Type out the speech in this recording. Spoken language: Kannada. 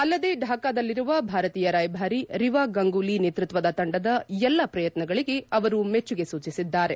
ಅಲ್ಲದೆ ಢಾಕಾದಲ್ಲಿರುವ ಭಾರತೀಯ ರಾಯಭಾರಿ ರಿವಾ ಗಂಗೂಲಿ ನೇತೃತ್ವದ ತಂಡದ ಎಲ್ಲಾ ಪ್ರಯತ್ತಗಳಿಗೆ ಅವರು ಮೆಚ್ಚುಗೆ ಸೂಚಿಸಿದ್ದಾರೆ